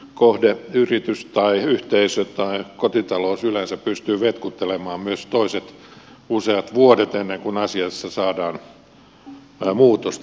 kohde yritys tai yhteisö tai kotitalous yleensä pystyy vetkuttelemaan myös toiset useat vuodet ennen kuin asiaan saadaan muutosta